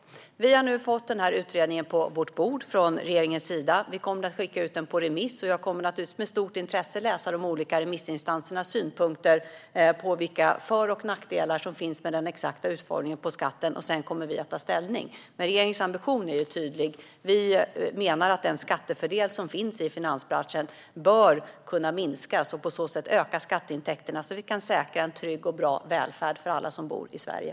Regeringen har nu fått denna utredning på sitt bord och kommer att skicka ut den på remiss. Jag kommer naturligtvis att med stort intresse läsa de olika remissinstansernas synpunkter på vilka för och nackdelar som finns med den exakta utformningen av skatten. Sedan kommer vi att ta ställning. Men regeringens ambition är tydlig, nämligen att vi menar att den skattefördel som finns i finansbranschen bör kunna minskas för att vi på det sättet ska kunna öka skatteintäkterna, så att vi kan säkra en trygg och bra välfärd för alla som bor i Sverige.